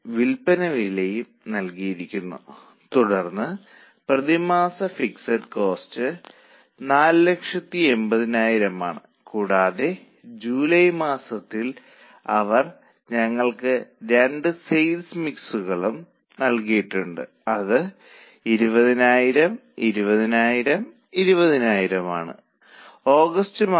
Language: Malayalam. അതിനാൽ നമ്മൾ രണ്ട് തുകകൾ ചെയ്തത് നിങ്ങൾ ഓർക്കുന്നുണ്ടോ ഒന്ന് ഗണേശ ലിമിറ്റഡിലും പിന്നീട് കേശവ് ലിമിറ്റഡിലും ഞങ്ങൾ രണ്ട് സെയിൽസ് മിക്സുകൾ പഠിക്കാൻ ശ്രമിക്കുകയും അവയുടെ അനുയോജ്യതയെ കുറിച്ച് അഭിപ്രായം പറയുകയും ചെയ്യുന്നു